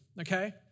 Okay